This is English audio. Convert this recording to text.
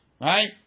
Right